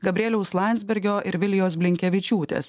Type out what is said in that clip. gabrieliaus landsbergio ir vilijos blinkevičiūtės